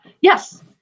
Yes